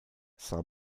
saw